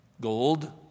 gold